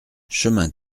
chemin